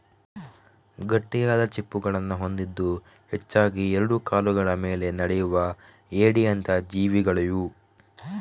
ಗಟ್ಟಿಯಾದ ಚಿಪ್ಪುಗಳನ್ನ ಹೊಂದಿದ್ದು ಹೆಚ್ಚಾಗಿ ಎರಡು ಕಾಲುಗಳ ಮೇಲೆ ನಡೆಯುವ ಏಡಿಯಂತ ಜೀವಿಗಳಿವು